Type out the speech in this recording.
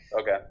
Okay